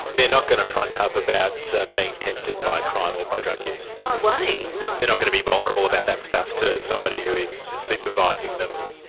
they're not going to front up about so being tempted by crime or by drug use? no way, no. they're not going to be vulnerable about that stuff to somebody who is supervising them.